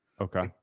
okay